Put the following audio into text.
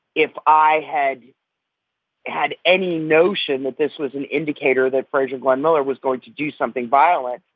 if i had had any notion that this was an indicator that frazier glenn miller was going to do something violent,